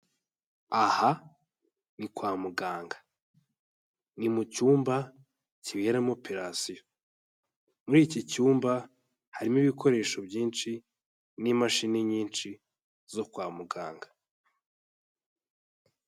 Aha ni kwa muganga, ni mucumba kiberamo operasiyo, muri iki cyumba harimo ibikoresho byinshi n'imashini nyinshi zo kwa muganga.